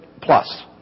plus